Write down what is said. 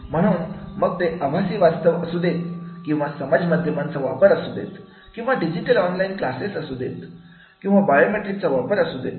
म्हणून मग ते आभासी वास्तव असू देत किंवा समाज माध्यमांचा वापर असूदेत किंवा डिजिटल ऑनलाईन क्लासेस असुदेत किंवा बायोमेट्रिक चा वापर असू देत